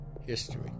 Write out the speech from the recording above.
History